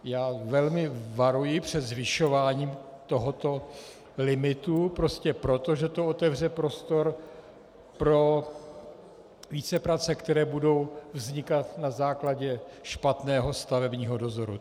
Já velmi varuji před zvyšováním tohoto limitu prostě proto, že to otevře prostor pro vícepráce, které budou vznikat na základě špatného stavebního dozoru.